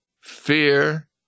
fear